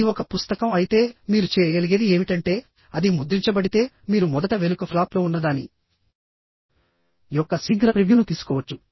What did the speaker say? ఇది ఒక పుస్తకం అయితేమీరు చేయగలిగేది ఏమిటంటేఅది ముద్రించబడితే మీరు మొదట వెనుక ఫ్లాప్లో ఉన్నదాని యొక్క శీఘ్ర ప్రివ్యూను తీసుకోవచ్చు